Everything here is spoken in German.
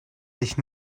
sich